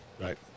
Right